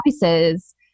choices